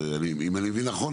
אם אני מבין נכון,